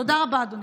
תודה רבה, אדוני.